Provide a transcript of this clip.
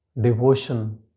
devotion